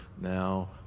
now